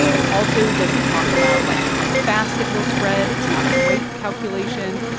it also doesn't talk about, like, how fast it will spread. it's not a rate calculation.